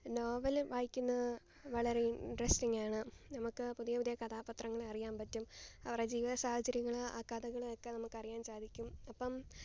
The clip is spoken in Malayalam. നോവൽ വായിക്കുന്നതു വളരെ ഇന്ട്രസ്റ്റിങ്ങാണ് നമുക്കു പുതിയ പുതിയ കഥാപാത്രങ്ങളെ അറിയാന് പറ്റും അവരുടെ ജീവിത സാഹചര്യങ്ങളും ആ കഥകളും ഒക്കെ നമുക്ക് അറിയാന് സാധിക്കും അപ്പം